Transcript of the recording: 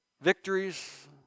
victories